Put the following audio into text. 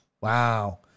Wow